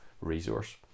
resource